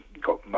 got